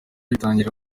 batangira